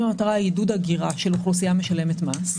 אם המטרה היא עידוד הגירה של אוכלוסייה משלמת מס,